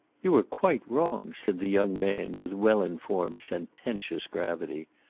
you are quite wrong, said the young man with well-informed sententious gravity.